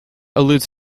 alludes